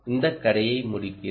இந்த கதையை முடிக்கிறேன்